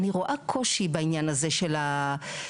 אני רואה קושי בדבר הזה של האכלוס,